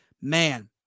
man